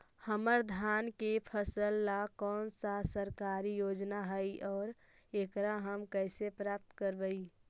हमर धान के फ़सल ला कौन सा सरकारी योजना हई और एकरा हम कैसे प्राप्त करबई?